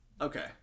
Okay